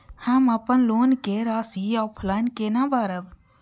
हम अपन लोन के राशि ऑफलाइन केना भरब?